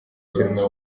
filime